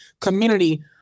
community